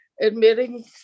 admitting